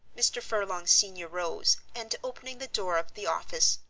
mr. furlong senior rose, and opening the door of the office,